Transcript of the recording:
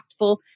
impactful